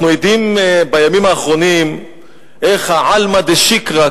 אנחנו עדים בימים האחרונים איך עלמא דשיקרא,